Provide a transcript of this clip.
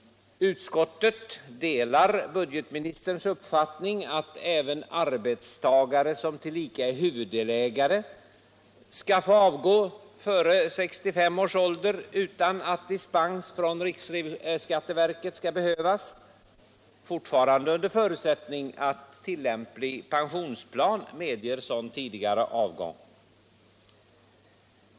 Utskottet delar budgetministerns uppfattning att även arbetstagare som tillika är huvuddelägare skall få avgå före 65 års ålder utan att dispens från riksskatteverket skall behövas — fortfarande under förutsättning att tillämplig pensionsplan medger sådan tidigare avgång.